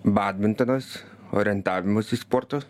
badmintonas orientavimosi sportas